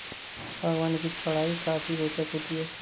बागवानी की पढ़ाई काफी रोचक होती है